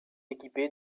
équipé